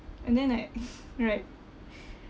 and then like right